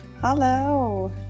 Hello